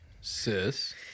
Sis